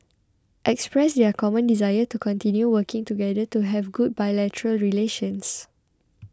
expressed their common desire to continue working together to have good bilateral relations